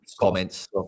comments